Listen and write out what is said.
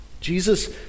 Jesus